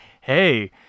Hey